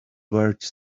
words